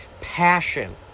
passion